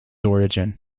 origin